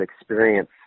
experience